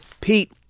Pete